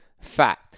fat